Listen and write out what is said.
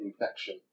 infection